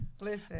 Listen